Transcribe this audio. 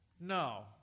No